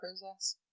process